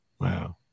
Wow